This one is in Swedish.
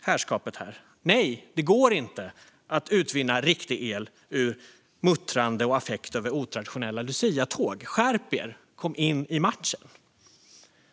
herrskapet här: Nej, det går inte att utvinna riktig el ur muttrande och affekt över otraditionella luciatåg. Skärp er, och kom in i matchen!